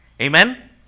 amen